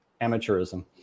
amateurism